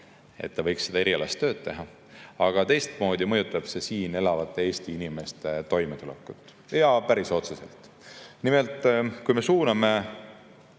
ta võiks erialast tööd teha. Aga teistpidi mõjutab see siin elavate Eesti inimeste toimetulekut, päris otseselt, kui me suuname